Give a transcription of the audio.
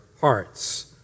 hearts